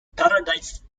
paradise